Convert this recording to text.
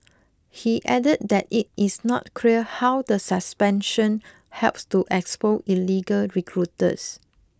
he added that it is not clear how the suspension helps to expose illegal recruiters